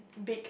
peck